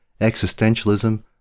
existentialism